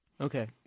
Okay